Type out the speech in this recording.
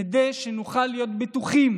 כדי שנוכל להיות בטוחים